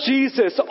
Jesus